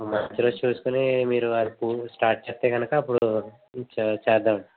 మంచిరోజు చూసుకుని మీరు ఆ పూ స్టార్ట్ చేస్తే కనక అప్పుడు చ్ చేద్దాం అండి